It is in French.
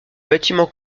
bâtiments